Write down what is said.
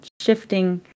shifting